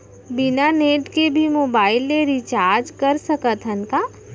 बिना नेट के भी मोबाइल ले रिचार्ज कर सकत हन का?